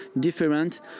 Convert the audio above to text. different